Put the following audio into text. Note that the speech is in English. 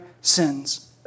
sins